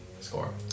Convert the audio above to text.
score